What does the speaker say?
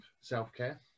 self-care